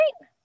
right